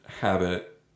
habit